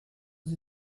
sie